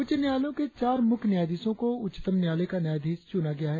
उच्च न्यायालयों के चार मुख्य न्यायाधीशों को उच्चतम न्यायालय का न्यायाधीश चुना गया है